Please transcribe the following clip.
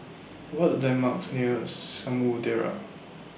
What Are The landmarks near Samudera